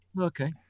Okay